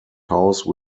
house